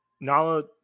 Nala